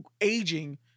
aging